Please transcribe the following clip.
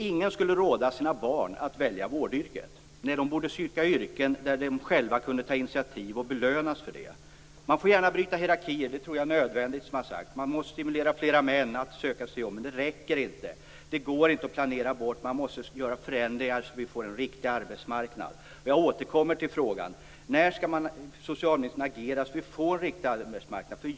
Ingen skulle råda sina barn att välja vårdyrket när de borde söka yrken där de själva kunde ta initiativ och belönas för det. Man får gärna bryta hierarkier, det tror jag är nödvändigt. Man måste stimulera fler män att söka sig dit, men det räcker inte. Det går inte att planera bort problemen. Man måste göra förändringar så att vi får en riktig arbetsmarknad. Jag återkommer till frågan: När skall socialministern agera så att vi får en riktig arbetsmarknad?